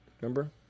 remember